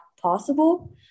possible